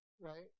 right